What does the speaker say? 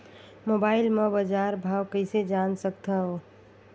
Mobile म बजार भाव कइसे जान सकथव?